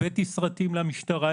הבאתי סרטים למשטרה,